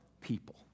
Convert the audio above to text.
people